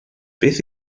beth